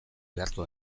beharko